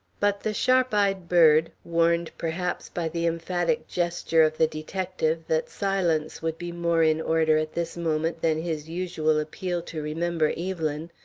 but the sharp-eyed bird, warned perhaps by the emphatic gesture of the detective that silence would be more in order at this moment than his usual appeal to remember evelyn,